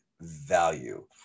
value